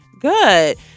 Good